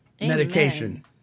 medication